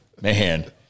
Man